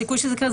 הסיכוי שזה יקרה,